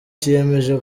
kiyemeje